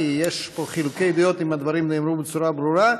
כי יש פה חילוקי דעות אם הדברים נאמרו בצורה ברורה.